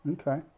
Okay